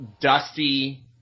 Dusty